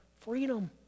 freedom